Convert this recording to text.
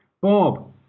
Bob